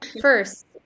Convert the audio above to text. First